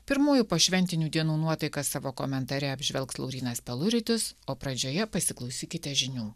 pirmųjų pošventinių dienų nuotaikas savo komentare apžvelgs laurynas peluritis o pradžioje pasiklausykite žinių